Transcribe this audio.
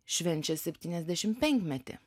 švenčia septyniasdešimt penkmetį